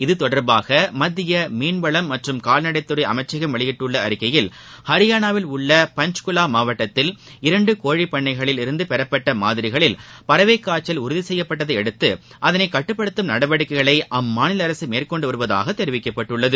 இது தொடர்பாக மத்திய மீன்வளம் மற்றும் கால்நடடத்துறை அமைச்சகம் வெளியிட்டுள்ள அறிக்கையில் ஹரியானாவில் உள்ள பஞ்ச்குலா மாவட்டத்தில் இரண்டு கோழி பண்ணைகளில் இருந்து பெறப்பட்ட மாதிரிகளில் பறவைக்காய்ச்சல் உறுதி செய்யப்பட்டதை அடுத்து அதளை கட்டுப்படுத்தும் நடவடிக்கைகளை அம்மாநில அரசு மேற்கொண்டு வருவதாக தெரிவிக்கப்பட்டுள்ளது